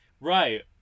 Right